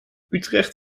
utrecht